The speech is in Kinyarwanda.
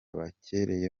bahereye